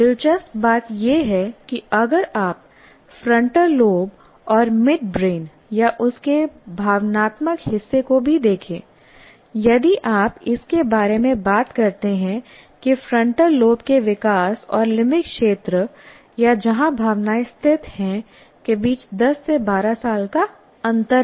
दिलचस्प बात यह है कि अगर आप फ्रंटल लोब और मिडब्रेन या उसके भावनात्मक हिस्से को भी देखें यदि आप इसके बारे में बात करते हैं कि फ्रंटल लोब के विकास और लिम्बिक क्षेत्र या जहां भावनाएं स्थित हैं के बीच 10 से 12 साल का अंतर है